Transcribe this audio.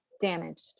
damaged